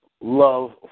love